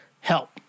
help